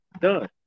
done